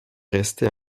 restée